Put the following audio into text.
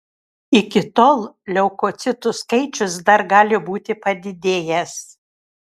iki tol leukocitų skaičius dar gali būti padidėjęs